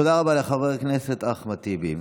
תודה רבה לחבר הכנסת אחמד טיבי.